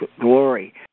glory